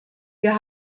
wir